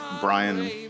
Brian